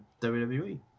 WWE